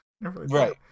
Right